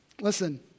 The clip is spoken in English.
Listen